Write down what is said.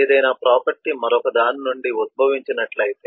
ఏదైనా ప్రాపర్టీ మరొక దాని నుండి ఉద్భవించి నట్లయితే